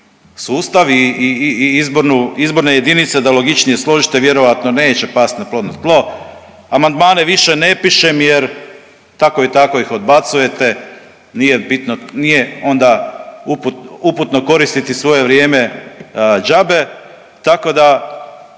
izbornu, izborne jedinice da logičnije složite vjerojatno neće pasti na plodno tlo. Amandmane više ne pišem jer tako i tako ih odbacujete, nije bitno, nije onda uputno koristiti svoje vrijeme džabe, tako da